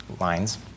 lines